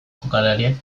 jokalariek